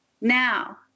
Now